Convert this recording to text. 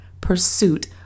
pursuit